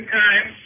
time